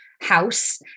house